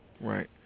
Right